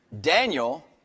Daniel